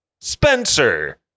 Spencer